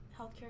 healthcare